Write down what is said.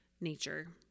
nature